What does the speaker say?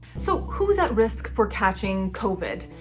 so who's at risk for catching covid